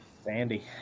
Sandy